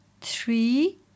three